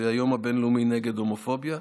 זה היום הבין-לאומי נגד הומופוביה.